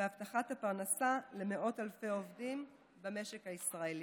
והבטחת הפרנסה למאות אלפי עובדים במשק הישראלי.